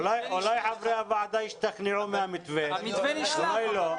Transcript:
אולי חברי הוועדה ישתכנעו אחרי שישמעו מה המתווה ואולי לא.